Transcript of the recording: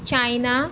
China